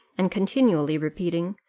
and continually repeating,